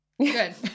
Good